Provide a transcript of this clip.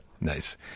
nice